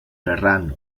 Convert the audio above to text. ferran